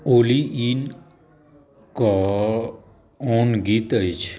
ओली ई कोन गीत अछि